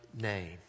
name